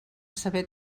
saber